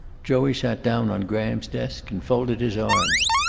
joey sat down on graham's desk and folded his arms.